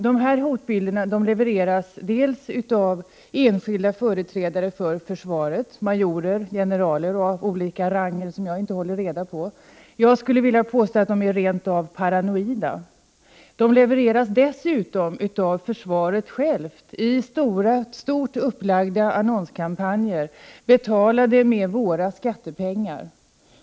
Dessa hotbilder levereras av enskilda företrädare för försvaret — majorer, generaler av olika rang som jag inte håller reda på. Jag skulle vilja påstå att de är rent av paranoida. De levereras dessutom av försvaret självt i stort upplagda annonskampanjer, betalade med våra skattepengar.